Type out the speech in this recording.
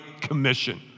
commission